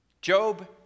Job